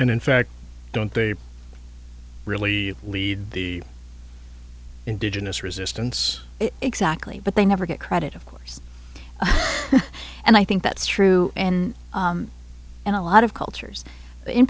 and in fact don't they really leave the indigenous resistance exactly but they never get credit of course and i think that's true and in a lot of cultures in